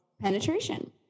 penetration